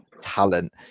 talent